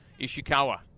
Ishikawa